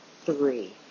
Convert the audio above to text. three